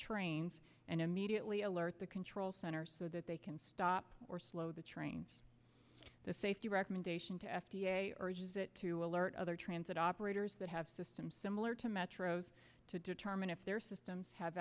trains and immediately alert the control center so that they can stop or slow the train the safety recommendation to f d a or is it to alert other transit operators that have system similar to metros to determine if their systems have